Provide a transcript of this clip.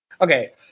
Okay